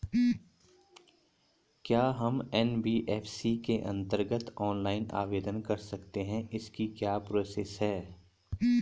क्या हम एन.बी.एफ.सी के अन्तर्गत ऑनलाइन आवेदन कर सकते हैं इसकी क्या प्रोसेस है?